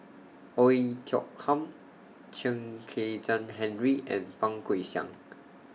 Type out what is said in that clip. Oei Tiong Ham Chen Kezhan Henri and Fang Guixiang